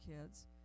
kids